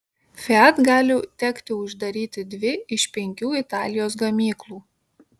fiat gali tekti uždaryti dvi iš penkių italijos gamyklų